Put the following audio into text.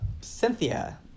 Cynthia